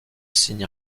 signe